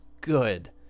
good